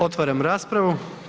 Otvaram raspravu.